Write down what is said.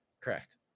Correct